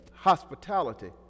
Hospitality